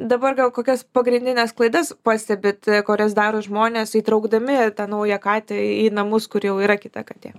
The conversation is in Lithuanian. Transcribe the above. dabar gal kokias pagrindines klaidas pastebit kurias daro žmonės įtraukdami tą naują katę į namus kur jau yra kita katė